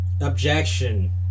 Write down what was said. Objection